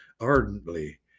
ardently